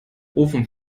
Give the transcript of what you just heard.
ofen